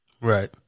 Right